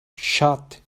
shut